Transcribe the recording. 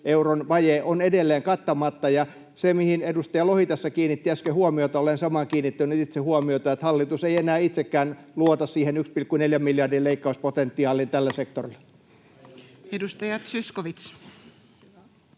euron vaje, on edelleen kattamatta. Ja se, mihin edustaja Lohi tässä kiinnitti äsken huomiota: olen kiinnittänyt itse huomiota samaan, että hallitus ei enää itsekään luota siihen 1,4 miljardin leikkauspotentiaaliin tällä sektorilla. [Ben Zyskowicz: